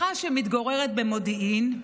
משפחה שמתגוררת במודיעין.